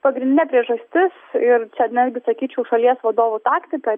pagrindinė priežastis ir čia netgi sakyčiau šalies vadovo taktika